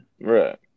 Right